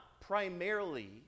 primarily